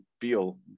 feel